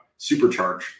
supercharge